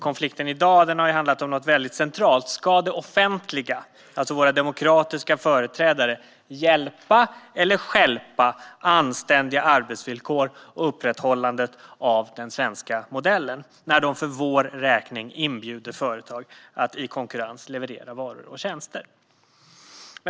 Konflikten i dag har handlat om något mycket centralt: Ska det offentliga, alltså våra demokratiska företrädare, hjälpa eller stjälpa anständiga arbetsvillkor och upprätthållandet av den svenska modellen när man för vår räkning inbjuder företag att i konkurrens leverera varor och tjänster?